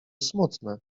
smutne